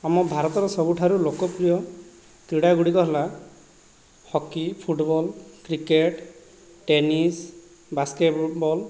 ଆମ ଭାରତର ସବୁଠାରୁ ଲୋକପ୍ରିୟ କ୍ରୀଡ଼ାଗୁଡ଼ିକ ହେଲା hockey football cricket tennis basket ball